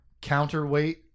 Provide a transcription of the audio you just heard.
counterweight